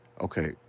Okay